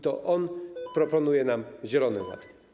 To on proponuje nam zielony ład.